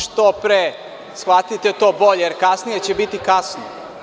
Što pre shvatite, to bolje jer kasnije će biti kasno.